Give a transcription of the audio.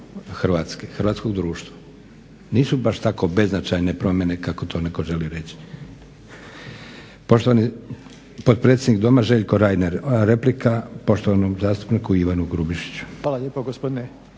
Hrvatske, hrvatskog društva. Nisu baš tako beznačajne promjene kako to netko želi reći. Poštovani potpredsjednik Doma Željko Reiner, replika poštovanom zastupniku Ivanu Grubišiću. **Reiner,